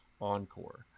encore